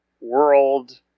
World